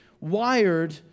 wired